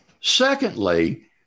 Secondly